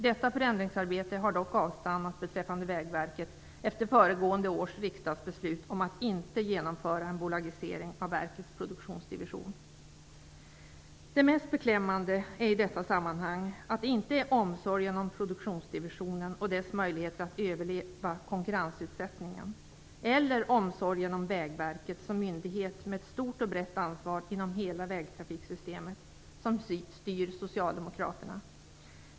Detta förändringsarbete har dock avstannat beträffande Vägverket efter föregående års riksdagsbeslut om att inte genomföra en bolagisering av verkets produktionsdivision. Det mest beklämmande i detta sammanhang är att det inte är omsorgen om produktionsdivisionen och dess möjligheter att överleva konkurrensutsättningen eller omsorgen om Vägverket som myndighet med ett stort och brett ansvar inom hela vägtrafiksystemet som styr socialdemokraterna.